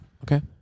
okay